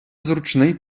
зручний